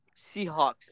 Seahawks